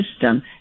system